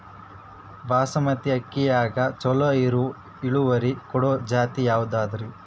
ಬಾಸಮತಿ ಅಕ್ಕಿಯಾಗ ಚಲೋ ಇಳುವರಿ ಕೊಡೊ ಜಾತಿ ಯಾವಾದ್ರಿ?